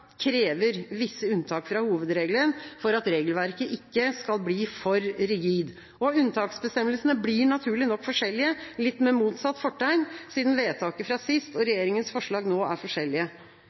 krever visse unntak fra hovedregelen for at regelverket ikke skal bli for rigid. Unntaksbestemmelsene blir naturlig nok forskjellige – litt med motsatt fortegn – siden vedtaket fra sist og regjeringas forslag nå er forskjellige.